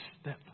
step